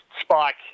spike